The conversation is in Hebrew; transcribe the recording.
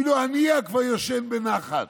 אפילו הנייה כבר ישן בנחת.